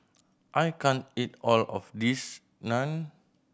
I can't eat all of this Naan